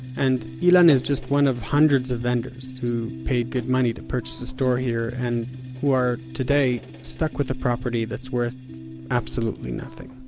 and ilan is just one of hundreds of vendors who paid good money to purchase a store here, and who are today stuck with a property that's worth absolutely nothing